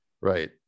right